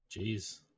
jeez